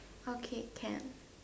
okay can